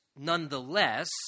nonetheless